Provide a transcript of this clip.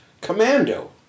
Commando